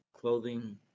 clothing